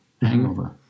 hangover